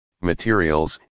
materials